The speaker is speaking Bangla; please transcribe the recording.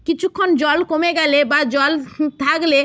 কিছুক্ষণ জল কমে গেলে বা জল থাকলে